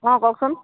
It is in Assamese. অঁ কওকচোন